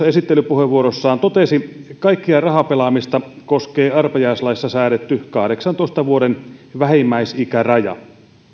esittelypuheenvuorossaan totesi kaikkea rahapelaamista koskee arpajaislaissa säädetty kahdeksantoista vuoden vähimmäisikäraja